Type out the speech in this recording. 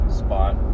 spot